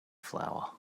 flower